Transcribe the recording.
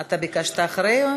אתה ביקשת אחרי?